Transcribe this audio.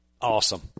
awesome